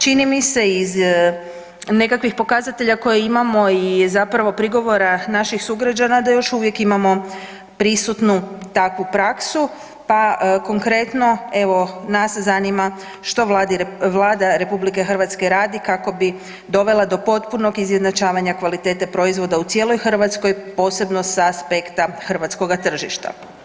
Čini mi se iz nekakvih pokazatelja koje imamo i zapravo prigovora naših sugrađana da još uvijek imamo prisutnu takvu praksu, pa konkretno evo nas zanima što Vlada RH radi kako bi dovela do potpunog izjednačavanja kvalitete proizvoda u cijeloj Hrvatskoj, posebno sa aspekta hrvatskoga tržišta?